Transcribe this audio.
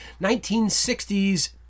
1960's